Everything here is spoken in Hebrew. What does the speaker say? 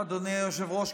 אדוני היושב-ראש,